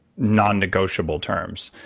non-negotiable terms.